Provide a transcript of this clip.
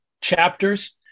chapters